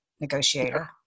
negotiator